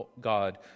God